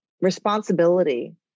responsibility